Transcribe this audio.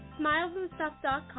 Smilesandstuff.com